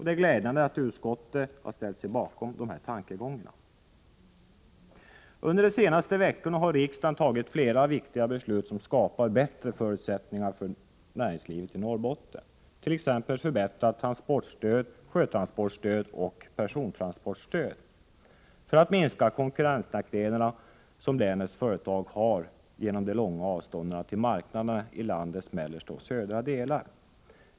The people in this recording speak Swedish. Det är glädjande att utskottet ställt sig bakom dessa tankegångar. Under de senaste veckorna har riksdagen tagit flera viktiga beslut som skapar bättre förutsättningar för näringslivet i Norrbotten, t.ex. förbättrat transportstöd — sjötransportstöd och persontransportstöd — för att minska konkurrensnackdelarna som länets företag har genom de långa avstånden till marknaderna i landets mellersta och södra delar.